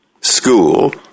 school